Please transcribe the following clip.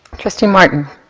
mr. martin